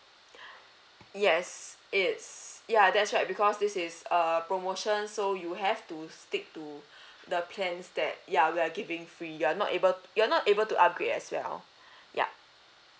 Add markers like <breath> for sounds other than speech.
<breath> yes it's ya that's right because this is err promotion so you have to stick to <breath> the plans that ya we're giving free you're not able t~ you're not able to upgrade as well <breath> yup